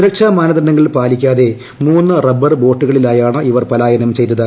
സുരക്ഷാ മാനദണ്ഡങ്ങൾ പാലിക്കാതെ മൂന്ന് റബ്ബർ ബോട്ടുകളിലായാണ് ഇവർ പലായനം ചെയ്തത്